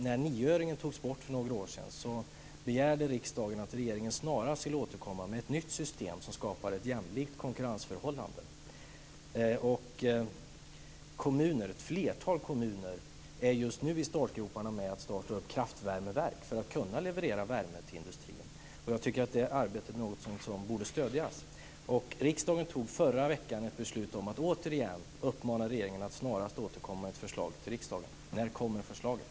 När nioöringen togs bort för några år sedan begärde riksdagen att regeringen snarast skulle återkomma med ett nytt system som skapar ett jämlikt konkurrensförhållande. Ett flertal kommuner ligger just nu i startgroparna för att starta upp kraftvärmeverk som kan leverera värme till industrin. Jag tycker att det arbetet borde stödjas. Riksdagen beslutade förra veckan om att återigen uppmana regeringen att snarast återkomma med ett förslag till riksdagen. När kommer förslaget?